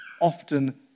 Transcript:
often